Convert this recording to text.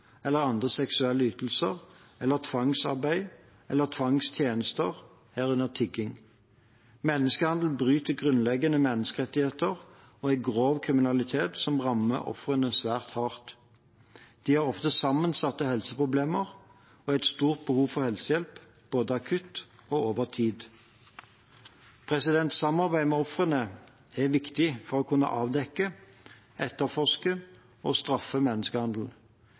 eller andre seksuelle ytelser, eller tvangsarbeid eller tvangstjenester, herunder tigging. Menneskehandel bryter grunnleggende menneskerettigheter og er grov kriminalitet som rammer ofrene svært hardt. De har ofte sammensatte helseproblemer og et stort behov for helsehjelp, både akutt og over tid. Samarbeid med ofrene er viktig for å kunne avdekke, etterforske og straffe